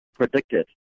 predicted